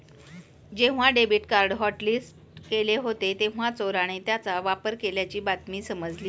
जेव्हा debit card hotlist केले होते तेव्हा चोराने त्याचा वापर केल्याची बातमी मला समजली